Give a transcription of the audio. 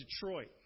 Detroit